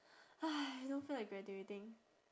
!hais! I don't feel like graduating